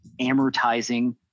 amortizing